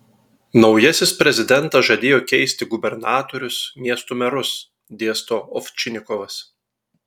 naujasis prezidentas žadėjo keisti gubernatorius miestų merus dėsto ovčinikovas